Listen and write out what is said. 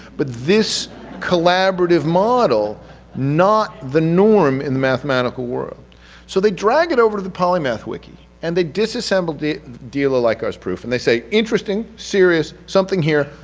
but this collaborative model not the norm in the mathematical world so they drag it over to the polymath wiki and they disassemble the deolalikar's proof and they say interesting, serious, something here,